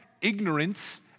ignorance